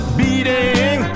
beating